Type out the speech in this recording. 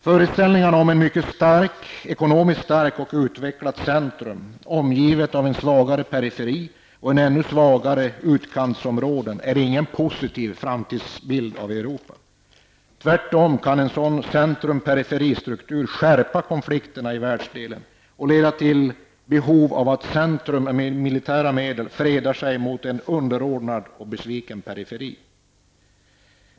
Föreställningen om ett ekonomiskt mycket starkt och utvecklat centrum omgivet av en svagare periferi och av ännu svagare utkantsområden är inte någon positiv framtidsbild av Europa. Tvärtom kan en sådan centrum--periferi-struktur medföra att konflikterna i världsdelen skärps och till att det uppstår ett behov för centrum av att med militära medel freda sig gentemot en besviken och underordnad periferi.